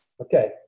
Okay